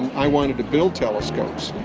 i wanted to build telescopes.